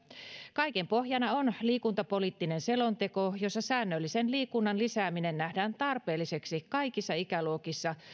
kaiken pohjana on liikuntapoliittinen selonteko jossa säännöllisen liikunnan lisääminen nähdään tarpeelliseksi kaikissa ikäluokissa